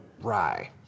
rye